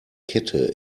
kette